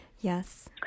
Yes